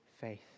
faith